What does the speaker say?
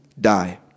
die